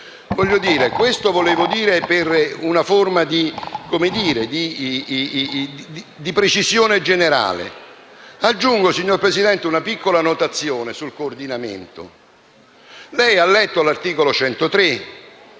detto questo per una forma di precisione in generale. Aggiungo, signor Presidente, una piccola annotazione sul coordinamento: lei ha letto l'articolo 103